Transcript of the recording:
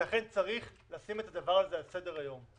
לכן צריך לשים את הדבר הזה על סדר היום.